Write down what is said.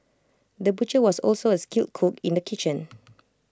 the butcher was also A skilled cook in the kitchen